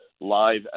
live